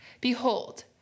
Behold